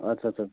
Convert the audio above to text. अच्छा अच्छा